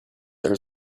are